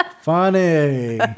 Funny